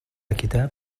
كتاب